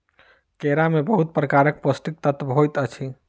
केरा में बहुत प्रकारक पौष्टिक तत्व होइत अछि